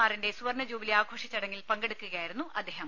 ആറിന്റെ സുവർണ ജൂബിലി ആഘോഷ ചടങ്ങിൽ പങ്കെടുക്കുകയായിരുന്നു അദ്ദേഹം